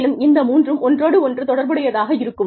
மேலும் இந்த மூன்றும் ஒன்றோடொன்று தொடர்புடையவையாக இருக்கும்